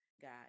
God